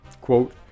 Quote